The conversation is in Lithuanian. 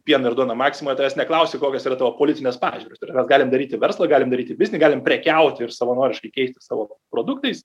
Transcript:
pieną ir duoną maksimoje tavęs neklausia kokios yra tavo politinės pažiūros ir mes galim daryti verslą galim daryti biznį galim prekiauti ir savanoriškai keistis savo produktais